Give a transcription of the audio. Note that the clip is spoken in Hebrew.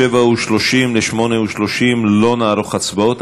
19:30 ל-20:30 לא נערוך הצבעות,